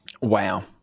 wow